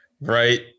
Right